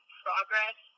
progress